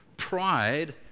Pride